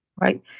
Right